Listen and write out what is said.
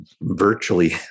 virtually